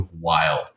wild